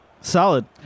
Solid